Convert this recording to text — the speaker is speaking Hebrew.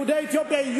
יהודי אתיופיה,